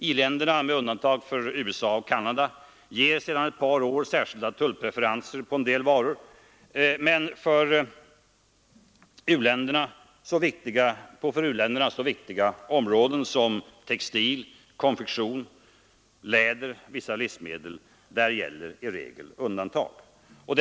I-länderna — med undantag för USA och Canada — ger sedan ett par år särskilda tullpreferenser på vissa varor, men för u-länderna så viktiga varuområden som textil, konfektion, läder och vissa livsmedel är som regel undantagna.